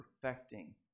perfecting